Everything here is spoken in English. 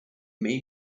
may